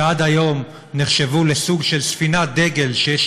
שעד היום נחשבו לסוג של ספינת דגל שיש